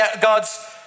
God's